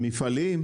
המפעלים?